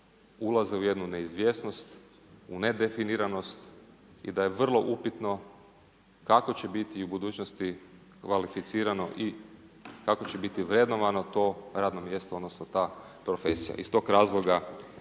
ulaze u jednu neizvjesnost, u nedefiniranost i da je vrlo upitno kako će biti i u budućnosti kvalificirano i kako će biti vrednovano to radno mjesto odnosno ta profesija. Iz tog razloga